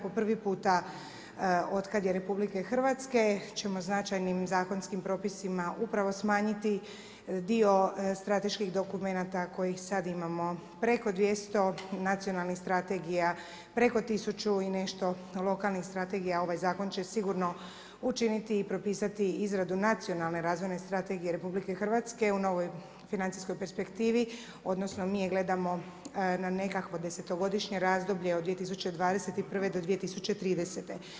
Po prvi puta otkad je RH ćemo značajnim zakonskim propisima upravo smanjiti dio strateških dokumenata kojih sad imamo preko 200 i nacionalnih strategija preko 1000 i nešto, lokalnih strategija ovaj zakon će sigurno učini i propisati izradu nacionalne razvojne strategije RH u novoj financijskoj perspektivi, odnosno mi je gledamo na nekakvo desetgodišnje razdoblje od 2021. do 2030.